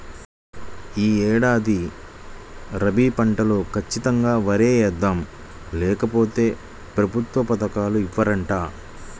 యీ ఏడాది రబీ పంటలో ఖచ్చితంగా వరే యేద్దాం, లేకపోతె ప్రభుత్వ పథకాలు ఇవ్వరంట